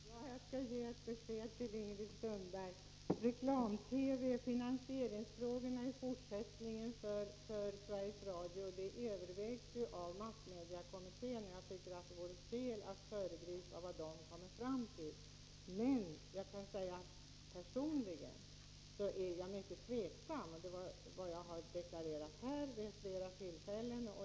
Herr talman! Jag skall ge ett besked till Ingrid Sundberg. Reklam-TV och Sveriges Radios finansieringsfrågor i fortsättningen övervägs av massmediekommittén. Det vore fel att föregripa vad den kommer fram till. Men personligen är jag mycket tveksam. Det har jag deklarerat vid många tillfällen.